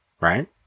Right